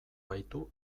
baitu